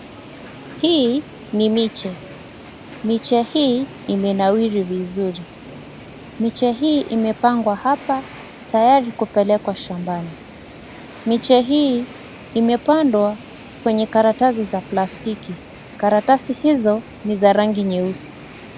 Hii ni miche, miche hii imenawiri vizuri. Miche hii imepangwa hapa tayari kupelekwa shambani. Miche hii imepandwa kwenye karatasi za plastiki, karatasi hizo ni za rangi nyeusi.